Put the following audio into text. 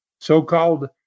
so-called